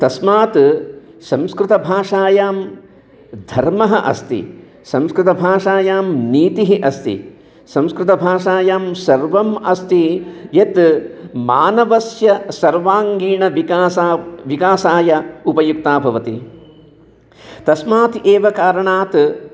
तस्मात् संस्कृतभाषायां धर्मः अस्ति संस्कृतभाषायां नीतिः अस्ति संस्कृतभाषायां सर्वम् अस्ति यत् मानवस्य सर्वाङ्गीणविकासाय विकासाय उपयुक्ता भवति तस्मात् एव कारणात्